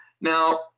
Now